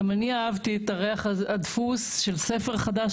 גם אני אהבתי את ריח הדפוס של ספר חדש,